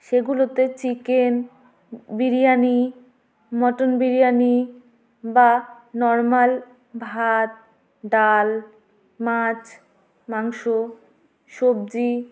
সেগুলোতে chicken biryani mutton biryani বা normal ভাত ডাল মাছ মাংস সবজি